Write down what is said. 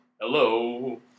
Hello